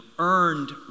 earned